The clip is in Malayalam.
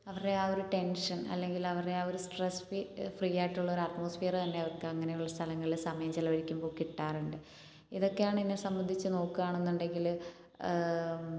അവരെ ആ ടെൻഷൻ അല്ലെങ്കിൽ അവരുടെ ആ സ്ട്രസ്സ് ഫ്രീ ആയിട്ടുള്ള അറ്റ്മോസ്ഫിയർ തന്നെ അവർക്ക് അങ്ങനെയുള്ള സ്ഥലങ്ങളിൽ സമയം ചിലവഴിക്കുമ്പോൾ കിട്ടാറുണ്ട് ഇതൊക്കെയാണ് എന്നെ സംബന്ധിച്ച് നോക്കുകയാണെന്നുണ്ടെങ്കിൽ